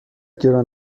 گران